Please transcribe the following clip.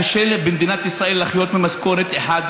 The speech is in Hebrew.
קשה במדינת ישראל לחיות ממשכורת אחת,